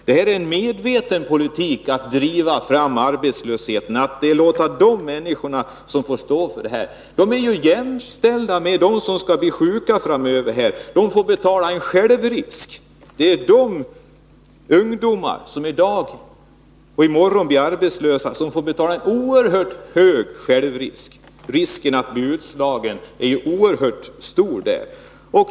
Det här är en medveten politik att driva fram arbetslösheten. De människor som drabbas av detta är likställda med dem som framöver skall bli sjuka och får stå för en självrisk. Det är ungdomar som i dag och i morgon blir arbetslösa som får stå för en oerhört hög självrisk. Risken att bli utslagen är ju synnerligen stor.